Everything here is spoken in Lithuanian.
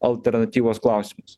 alternatyvos klausimas